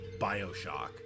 Bioshock